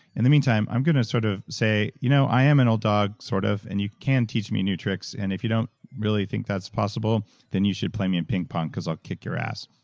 in the meantime, i'm going to sort of say you know i am an old dog, sort of, and you can teach me new tricks. and if you don't really think that's possible, then you should play me in ping pong because i'll kick your ass.